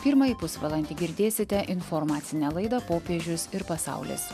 pirmąjį pusvalandį girdėsite informacinę laidą popiežius ir pasaulis